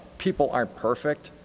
people aren't perfect.